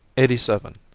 eighty seven.